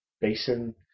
basin